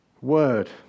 Word